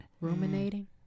Ruminating